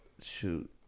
Shoot